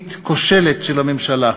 מדינית כושלת של הממשלה.